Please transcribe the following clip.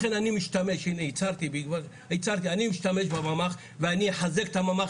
לכן הצהרתי: אני משתמש בממ"ח ואחזק אותו.